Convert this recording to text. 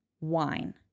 Wine